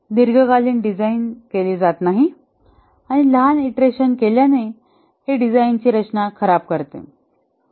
दीर्घकालीन डिझाइन केले जात नाही आणि लहान ईंटरेशन केल्याने हे डिझाइनची रचना खराब करते